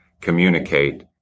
communicate